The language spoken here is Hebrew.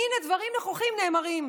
הינה דברים נכוחים נאמרים: